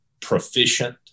proficient